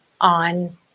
on